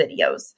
videos